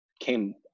came